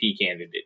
candidate